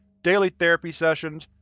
daily therapy sessions,